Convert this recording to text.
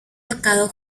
tocado